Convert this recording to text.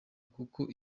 kuko